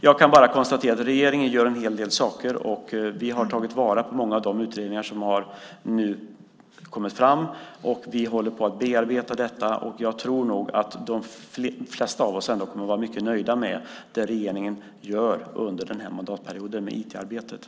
Jag kan bara konstatera att regeringen gör en hel del saker, och vi har tagit vara på många av de utredningar som nu har kommit fram. Vi håller på att bearbeta detta, och jag tror att de flesta av oss ändå kommer att vara mycket nöjda med det regeringen gör i IT-arbetet under denna mandatperiod.